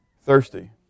thirsty